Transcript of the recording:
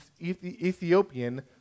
Ethiopian